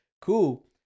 cool